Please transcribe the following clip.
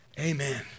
Amen